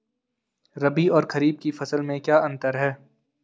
रबी और खरीफ की फसल में क्या अंतर है?